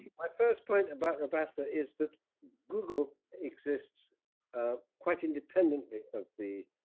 my first point about robassa is that google exists ah quite independently of the